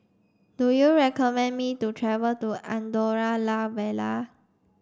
do you recommend me to travel to Andorra La Vella